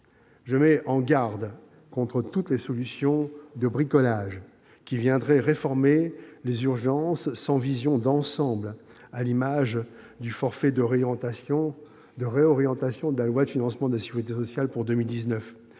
Je mets en garde contre toutes les solutions de « bricolage » qui viendraient réformer les urgences sans vision d'ensemble, à l'image du forfait de réorientation de la loi de financement de la sécurité sociale pour 2019.